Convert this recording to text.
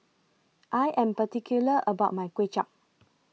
I Am particular about My Kuay Chap